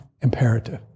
imperative